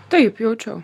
taip jaučiau